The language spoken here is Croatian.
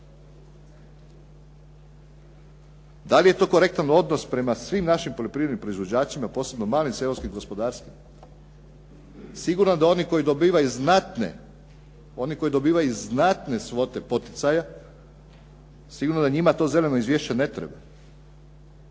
Da li je to korektan odnos prema svim našim poljoprivrednim proizvođačima, posebno malim seoskim gospodarstvima. Sigurno da oni koji dobivaju znatne svote poticaja sigurno da njima to zeleno izvješće ne treba